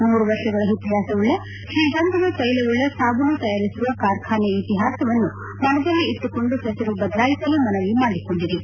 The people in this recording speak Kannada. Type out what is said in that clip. ನೂರುವರ್ಷಗಳ ಇತಿಹಾಸವುಳ್ಳ ಶ್ರೀಗಂಧದ ತೈಲವುಳ್ಳ ಸಾಬೂನು ತಯಾರಿಸುವ ಕಾರ್ಖಾನೆಯ ಇತಿಹಾಸವನ್ನು ಮನದಲ್ಲಿ ಇಟ್ಟುಕೊಂಡು ಹೆಸರು ಬದಲಾಯಿಸಲು ಮನವಿ ಮಾಡಿಕೊಂಡಿವೆ